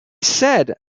said